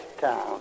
town